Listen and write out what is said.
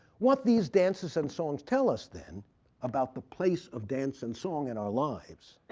what these dances and songs tell us then about the place of dance and song in our lives,